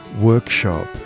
workshop